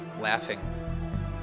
laughing